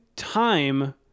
time